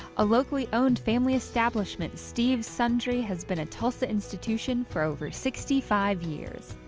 a locally-owned family establishment, steve's sundry has been a tulsa institution for over sixty five years.